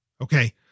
Okay